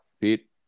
Pete